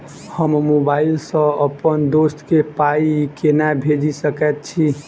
हम मोबाइल सअ अप्पन दोस्त केँ पाई केना भेजि सकैत छी?